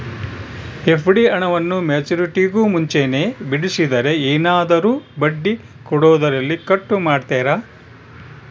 FD ಹಣವನ್ನು ಮೆಚ್ಯೂರಿಟಿಗೂ ಮುಂಚೆನೇ ಬಿಡಿಸಿದರೆ ಏನಾದರೂ ಬಡ್ಡಿ ಕೊಡೋದರಲ್ಲಿ ಕಟ್ ಮಾಡ್ತೇರಾ?